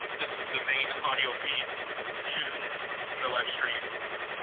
this is the main audio feed to the live stream.